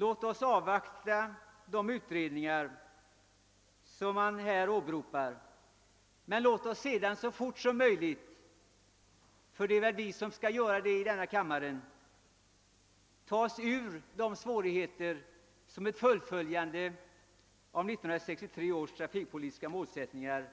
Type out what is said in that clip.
Låt oss avvakta de utredningar som utskottet åberopar — för det är väl vi i denna kammare som skall fatta beslutet — men låt oss sedan snabbt lägga ned planerna på ett fullföljande av 1963 års trafikpolitiska målsättningar